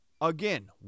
Again